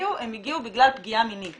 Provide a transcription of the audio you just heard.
שהגיעו הם הגיעו בגלל פגיעה מינית,